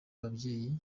ababyeyi